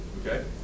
Okay